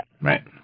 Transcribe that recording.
Right